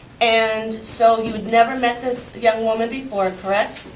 and so you'd never met this young woman before, correct?